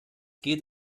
geht